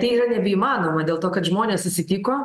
tai yra nebeįmanoma dėl to kad žmonės susitiko